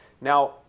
Now